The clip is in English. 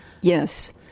Yes